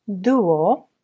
Duo